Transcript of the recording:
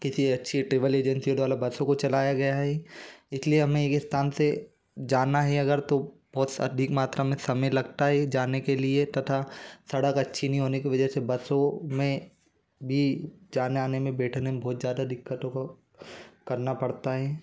किसी अच्छी travel agency द्वारा बसों को चलाया गया है इस लिए हमें एक स्थान से जाना है अगर तो बहुत अधिक मात्रा में समय लगता है जाने के लिए तथा सड़क अच्छी नहीं होने की वजह से बसों में भी जाने आने में बैठने में बहुत ज़्यादा दिक्कतों को करना पड़ता है